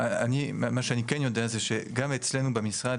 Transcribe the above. מה שאני כן יודע זה שגם אצלנו במשרד,